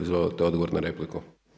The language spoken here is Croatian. Izvolite odgovor na repliku.